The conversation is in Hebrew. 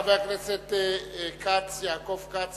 חבר הכנסת יעקב כץ,